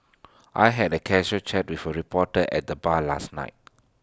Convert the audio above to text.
I had A casual chat with A reporter at the bar last night